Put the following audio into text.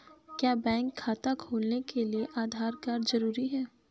क्या बैंक खाता खोलने के लिए आधार कार्ड जरूरी है?